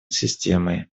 системой